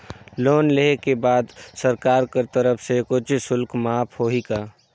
Loan लेहे के बाद सरकार कर तरफ से कुछ शुल्क माफ होही का?